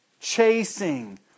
chasing